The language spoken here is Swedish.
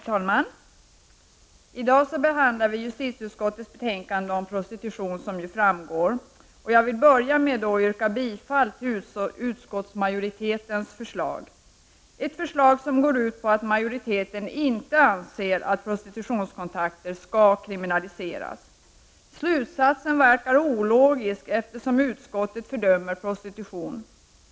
Herr talman! I dag behandlar vi justitieutskottet betänkande om prostitution. Jag vill börja med att yrka bifall till utskottsmajoritetens förslag — ett förslag som går ut på att majoriteten inte anser att prostitutionskontakter skall kriminaliseras. Slutsatsen verkar ologisk, eftersom utskottet fördömer prostitution.